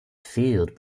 field